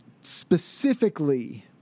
specifically